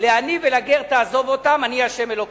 לעני ולגר תעזוב אותם, אני ה' אלוקיכם.